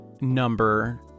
number